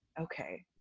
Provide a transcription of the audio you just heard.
okay